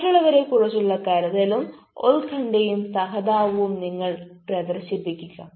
മറ്റുള്ളവരെക്കുറിച്ചുള്ള കരുതലും ഉത്കണ്ഠയും സഹതാപവും നിങ്ങൾ പ്രദർശിപ്പിക്കുക